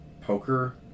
poker